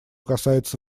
касается